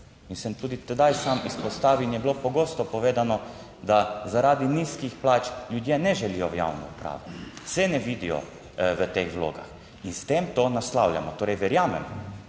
In sem tudi tedaj sam izpostavil in je bilo pogosto povedano, da zaradi nizkih plač ljudje ne želijo v javno upravo, se ne vidijo v teh vlogah in s tem to naslavljamo. Torej, verjamem,